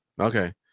Okay